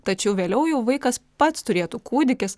tačiau vėliau jau vaikas pats turėtų kūdikis